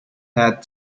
had